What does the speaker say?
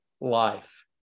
life